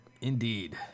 Indeed